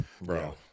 bro